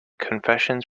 confessions